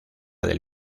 del